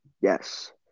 yes